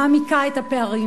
מעמיקה את הפערים.